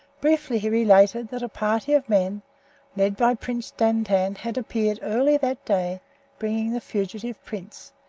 briefly he related that a party of men led by prince dantan had appeared early that day bringing the fugitive prince,